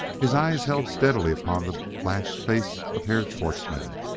his eyes held steadily upon the blanched face of herr schwartzmann,